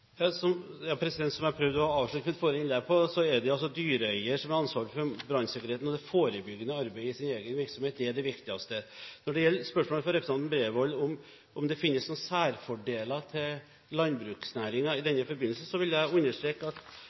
dyreeier som er ansvarlig for brannsikkerheten og det forebyggende arbeidet i sin egen virksomhet. Det er det viktigste. Når det gjelder spørsmålet fra representanten Bredvold, om det finnes noen særfordeler for landbruksnæringen i denne forbindelse, vil jeg understreke at